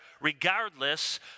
regardless